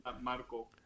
Marco